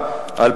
9(א)(7)